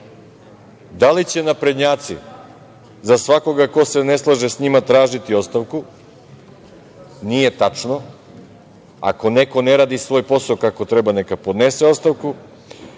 da li će naprednjaci za svakoga ko se ne slaže sa njima tražiti ostavku, nije tačno, ako neko ne radi svoj posao kako treba, neka podnese ostavku